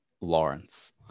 lawrence